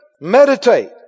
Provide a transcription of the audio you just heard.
Meditate